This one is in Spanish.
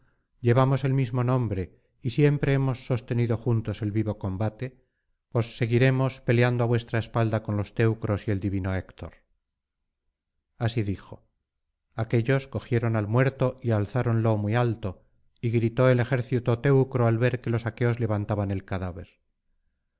llevamos el mismo nombre y siempre hemos sostenido juntos el vivo combate os seguiremos peleando á vuestra espalda con los teucros y el divino héctor así dijo aquéllos cogieron al muerto y alzáronlo muy alto y gritó el ejército teucro al ver que los aqueos levantaban el cadáver